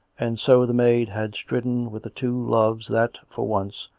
and so the maid had striven with the two loves that, for once,